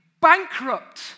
bankrupt